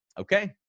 okay